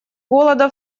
голода